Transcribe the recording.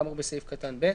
כאמור בסעיף קטן (ב).